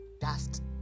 dust